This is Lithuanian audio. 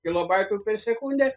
kilobaitų per sekundę